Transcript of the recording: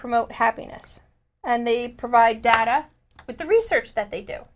promote happiness and they provide data but the research that they do